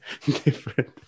Different